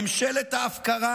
ממשלת ההפקרה